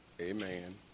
Amen